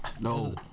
No